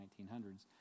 1900s